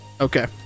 Okay